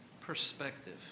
perspective